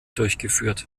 durchgeführt